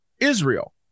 Israel